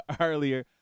earlier